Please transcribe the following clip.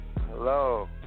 Hello